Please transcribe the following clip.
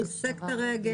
הוא ריסק את הרגל.